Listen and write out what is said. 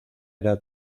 era